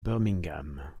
birmingham